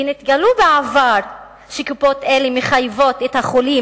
ונתגלה בעבר שקופות אלה מחייבות את החולים